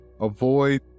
Avoid